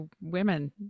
women